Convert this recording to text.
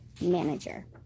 manager